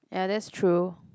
ya that's true